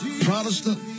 Protestant